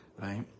right